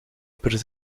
per